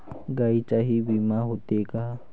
गायींचाही विमा होते का?